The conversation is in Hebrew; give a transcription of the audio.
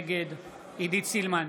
נגד עידית סילמן,